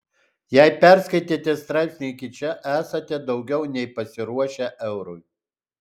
jei perskaitėte straipsnį iki čia esate daugiau nei pasiruošę eurui